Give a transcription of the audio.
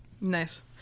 Nice